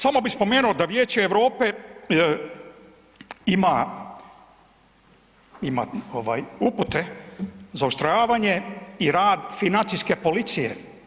Samo bi spomenuo da Vijeće Europe ima ovaj upute zaoštravanje i rad Financijske policije.